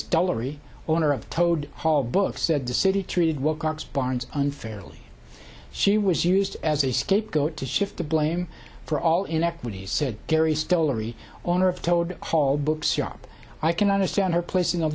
stollery owner of toad hall books said the city treated wilcox barnes unfairly she was used as a scapegoat to shift the blame for all inequities said gary stollery owner of told hall books yup i can understand her place in the